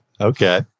Okay